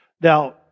Now